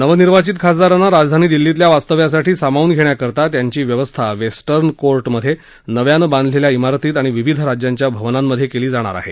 नवनिर्वाचित खासदारांना राजधानी दिल्लीतल्या वास्तव्यासाठी सामावून घेण्याकरता त्यांची व्यवस्था वेस्जे को भिध्ये नव्यानं बांधलेल्या इमारतीत आणि विविध राज्यांच्या भवनांमध्ये केली जाणार आहे